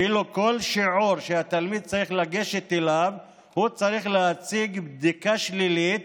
בכל שיעור שהתלמיד צריך לגשת אליו הוא צריך להציג בדיקה שלילית